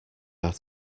are